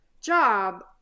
job